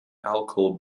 alkyl